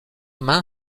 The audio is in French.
main